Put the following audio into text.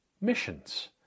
missions